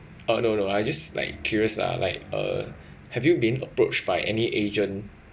oh no no I just like curious lah like uh have you been approached by any agent